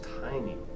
tiny